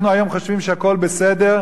אנחנו היום חושבים שהכול בסדר.